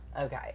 Okay